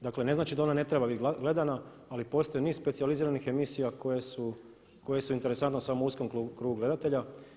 Dakle ne znači da ona ne treba biti gledana ali postoji niz specijaliziranih emisija koje su interesantne samo uskom krugu gledatelja.